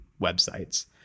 websites